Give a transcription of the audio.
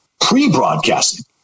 pre-broadcasting